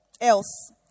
else